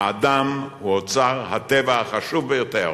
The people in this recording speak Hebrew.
האדם הוא אוצר הטבע החשוב ביותר